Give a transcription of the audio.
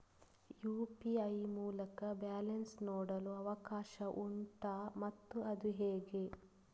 UPI ಮೂಲಕ balance ನೋಡಲು ಅವಕಾಶ ಉಂಟಾ ಮತ್ತು ಅದು ಹೇಗೆ?